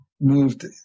moved